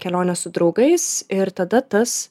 kelionė su draugais ir tada tas